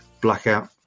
Blackout